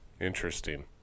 Interesting